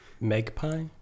Magpie